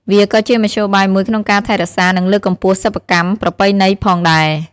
វាក៏ជាមធ្យោបាយមួយក្នុងការថែរក្សា និងលើកកម្ពស់សិប្បកម្មប្រពៃណីផងដែរ។